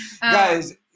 Guys